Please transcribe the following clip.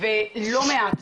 ולא מעט,